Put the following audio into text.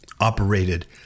operated